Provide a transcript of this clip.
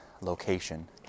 location